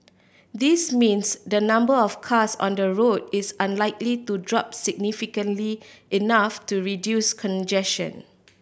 this means the number of cars on the road is unlikely to drop significantly enough to reduce congestion